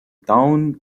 town